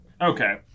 Okay